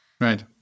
Right